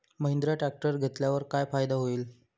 Mahindra tractor घेतल्यावर काय फायदा होईल?